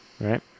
right